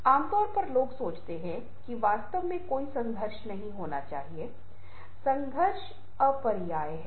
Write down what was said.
अब हम अगली छवि को देखते हैं पाठ समान है लेकिन छवि बहुत अलग है